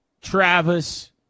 Travis